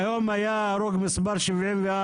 היום היה ההרוג מס' 74,